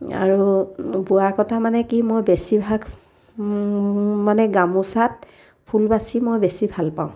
আৰু বোৱা কটা মানে কি মই বেছিভাগ মানে গামোচাত ফুল বাচি মই বেছি ভালপাওঁ